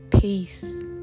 Peace